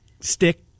stick